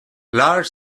large